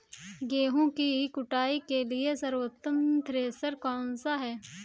गेहूँ की कुटाई के लिए सर्वोत्तम थ्रेसर कौनसा है?